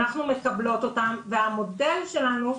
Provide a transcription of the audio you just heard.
אנחנו מקבלות אותן והמודל שלנו,